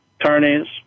attorneys